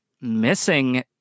missing